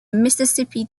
mississippi